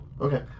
okay